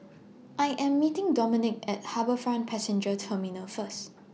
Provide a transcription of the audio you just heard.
I Am meeting Dominque At HarbourFront Passenger Terminal First